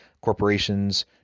Corporations